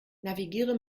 navigiere